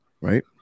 right